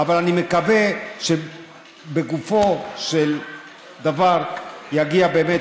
אבל אני מקווה שבסופו של דבר יגיע באמת